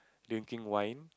drinking wine